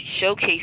showcase